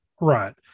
Right